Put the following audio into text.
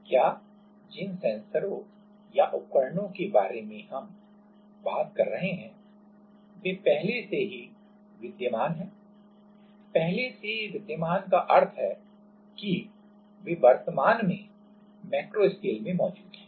क्या जिन सेंसरों या उपकरणों के बारे में हम बात कर रहे हैं वे पहले से विद्यमान हैं पहले से विद्यमान का अर्थ है कि वे वर्तमान में मैक्रोस्केल में मौजूद हैं